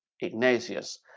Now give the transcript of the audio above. ignatius